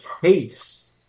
case